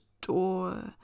door